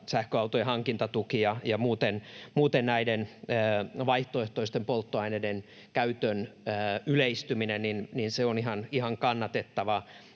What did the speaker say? Täyssähköautojen hankintatuki ja muuten näiden vaihtoehtoisten polttoaineiden käytön yleistyminen on ihan kannatettavaa.